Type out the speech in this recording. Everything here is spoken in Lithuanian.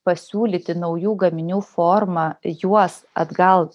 pasiūlyti naujų gaminių forma juos atgal